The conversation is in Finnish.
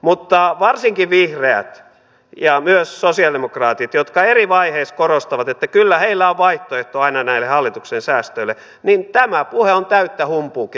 mutta kun varsinkin vihreät ja myös sosialidemokraatit eri vaiheissa korostavat että kyllä heillä on aina vaihtoehto näille hallituksen säästöille niin tämä puhe on täyttä humpuukia